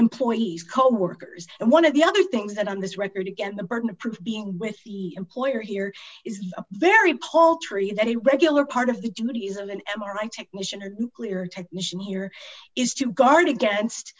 employees coworkers and one of the other things that on this record again the burden of proof being with the employer here is very paltry in any regular part of the duties of an m r i technician or nuclear technician here is to guard against